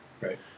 right